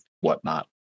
whatnot